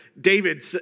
David